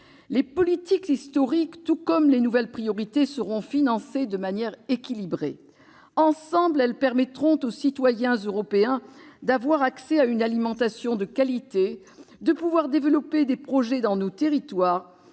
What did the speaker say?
Les politiques historiques, tout comme les nouvelles priorités, seront financées de manière équilibrée. « Ensemble, elles permettront aux citoyens européens d'avoir accès à une alimentation de qualité, de développer des projets dans nos territoires,